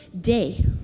day